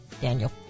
Daniel